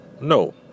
No